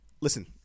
listen